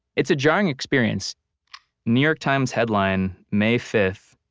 it's a jarring experience new york times headline, may fifth,